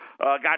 got